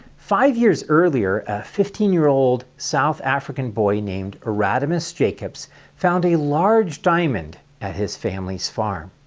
five years earlier, a fifteen year old south african boy named erasmus jacobs found a large diamond at his family's farm.